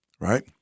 right